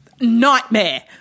nightmare